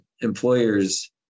employers